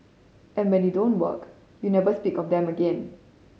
and when they don't work you never speak of them again